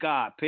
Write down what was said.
God